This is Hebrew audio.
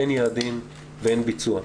אין יעדים ואין ביצוע.